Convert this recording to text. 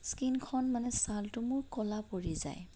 স্কীনখন মানে ছালটো মোৰ ক'লা পৰি যায়